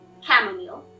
chamomile